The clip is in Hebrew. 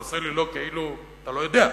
אתה עושה לי "לא", כאילו אתה לא יודע,